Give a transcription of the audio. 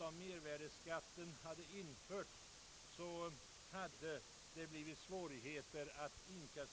Vi motionerade och Motorbranschens riksförbund uppvaktade bevillningsutskottet i detta ärende.